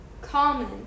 common